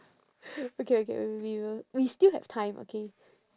okay okay we will we still have time okay